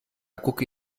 gucke